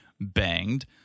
banged